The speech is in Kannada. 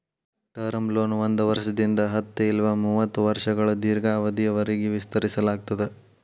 ಟರ್ಮ್ ಲೋನ ಒಂದ್ ವರ್ಷದಿಂದ ಹತ್ತ ಇಲ್ಲಾ ಮೂವತ್ತ ವರ್ಷಗಳ ದೇರ್ಘಾವಧಿಯವರಿಗಿ ವಿಸ್ತರಿಸಲಾಗ್ತದ